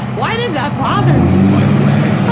why does that bother me! by the way,